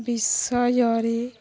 ବିଷୟରେ